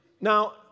Now